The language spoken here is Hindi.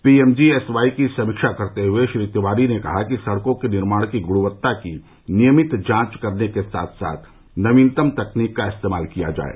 पीएमजीएसवाई की समीक्षा करते हुए श्री तिवारी ने कहा कि सड़कों के निर्माण की गुणवत्ता की नियमित जांच करने के साथ साथ नवीनतम तकनीक का इस्तेमाल किया जाये